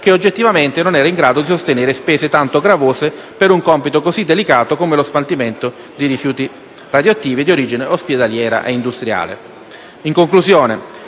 che oggettivamente non era in grado di sostenere spese tanto gravose per un compito così delicato come lo smaltimento di rifiuti radioattivi di origine ospedaliera e industriale.